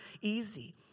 easy